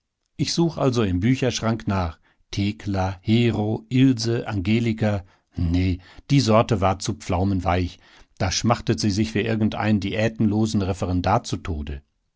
ich such also im bücherschrank nach thekla hero ilse angelika ne die sorte war zu pflaumenweich da schmachtet sie sich für irgendeinen diätenlosen referendar zu tode